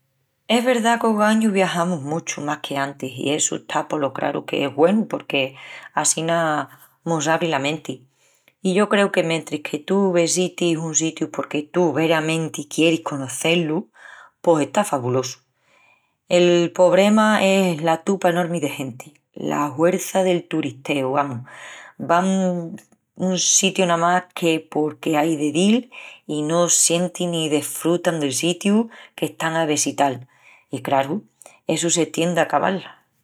Es verdá qu’ogañu viajamus muchu más que antis i essu está polo craru que es güenu porque assina mos s’abri la menti. I yo creu que mentris que tú vesitis un sitiu porque tú veramenti quieris conocé-lu pos está fabulosu, El pobrema es la tupa enormi de genti, la huerça del turisteu, amus, van p sitius namás que porque ai de dil i no sientin ni desfrutan del sitiu qu'están a vesital. I, craru, essu se tien d'acabal.